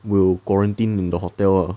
will quarantine in the hotel lah